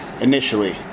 initially